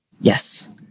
Yes